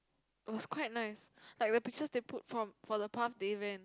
was quite nice like the pictures they put from for the path the event